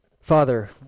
Father